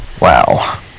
Wow